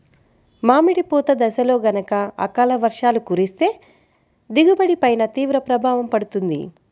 మామిడి పూత దశలో గనక అకాల వర్షాలు కురిస్తే దిగుబడి పైన తీవ్ర ప్రభావం పడుతుంది